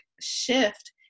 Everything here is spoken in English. shift